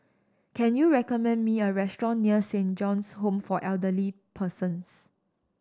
can you recommend me a restaurant near Saint John's Home for Elderly Persons